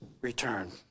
return